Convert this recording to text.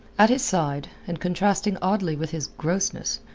at his side, and contrasting oddly with his grossness,